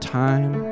time